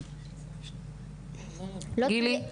גילי?